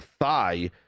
thigh